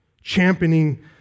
Championing